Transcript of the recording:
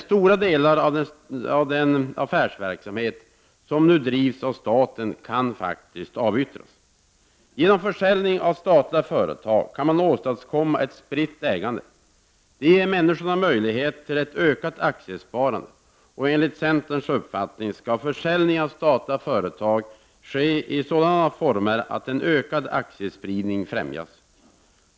Stora delar av den affärsverksamhet som nu bedrivs av staten kan faktiskt avyttras. Genom försäljning av statliga företag kan man åstadkomma ett spritt ägande som ger människor möjlighet till ett ökat aktiesparande. Enligt centerns uppfattning skall försäljningen av statliga företag ske i sådana former att en ökad aktiespridning främjas.